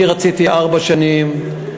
אני רציתי ארבע שנים,